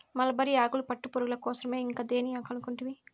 mulberry ఆకులు పట్టుపురుగుల కోసరమే ఇంకా దేని కనుకుంటివి